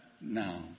now